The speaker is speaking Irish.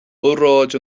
óráid